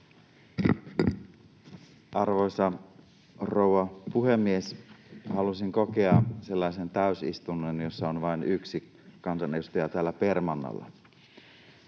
Arvoisa rouva puhemies! Halusin kokea sellaisen täysistunnon, jossa on vain yksi kansanedustaja täällä permannolla.